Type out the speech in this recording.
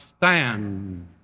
stand